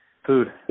Food